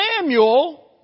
Samuel